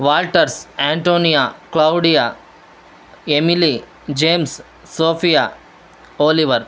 Walters Antonia Claudia Emily James Sophia Oliver